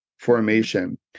formation